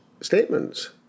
statements